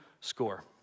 score